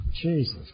Jesus